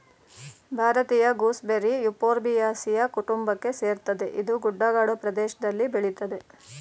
ಭಾರತೀಯ gooseberry Euphorbiaceae ಕುಟುಂಬಕ್ಕೆ ಸೇರ್ತದೆ ಇದು ಗುಡ್ಡಗಾಡು ಪ್ರದೇಷ್ದಲ್ಲಿ ಬೆಳಿತದೆ